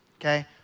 okay